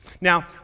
Now